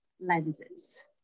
lenses